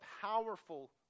powerful